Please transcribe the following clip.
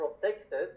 protected